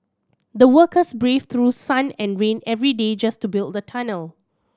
the workers braved through sun and rain every day just to build the tunnel